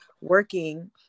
working